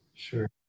Sure